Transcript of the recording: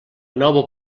nova